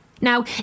Now